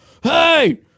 hey